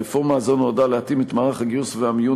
הרפורמה הזו נועדה להתאים את מערך הגיוס והמיון